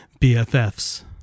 BFFs